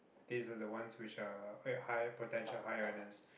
these are the ones which are uh higher potential higher earners